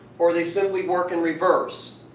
or they simply work in reverse.